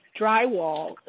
drywall